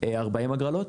לקיים 40 הגרלות.